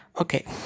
Okay